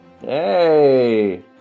Hey